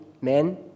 men